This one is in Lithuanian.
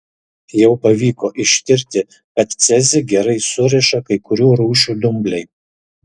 jau pavyko ištirti kad cezį gerai suriša kai kurių rūšių dumbliai